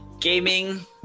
gaming